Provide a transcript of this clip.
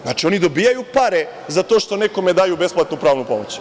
Znači, oni dobijaju pare za to što nekome daju besplatnu pravnu pomoć.